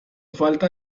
falta